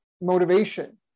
motivation